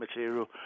material